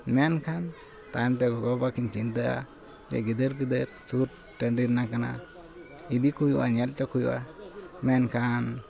ᱢᱮᱱᱠᱷᱟᱱ ᱛᱟᱭᱚᱢᱛᱮ ᱜᱚᱜᱚᱼᱵᱟᱵᱟ ᱠᱤᱱ ᱪᱤᱱᱛᱟᱹᱭᱟ ᱡᱮ ᱜᱤᱫᱟᱹᱨᱼᱯᱤᱫᱟᱹᱨ ᱥᱩᱨ ᱴᱟᱺᱰᱤ ᱨᱮᱱᱟᱝ ᱠᱟᱱᱟ ᱤᱫᱤᱠᱚ ᱦᱩᱭᱩᱜᱼᱟ ᱧᱮᱞ ᱚᱪᱚᱠᱚ ᱦᱩᱭᱩᱜᱼᱟ ᱢᱮᱱᱠᱷᱟᱱ